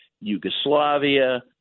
Yugoslavia